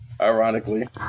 Ironically